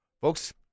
Folks